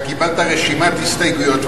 אתה קיבלת רשימת הסתייגויות,